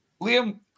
Liam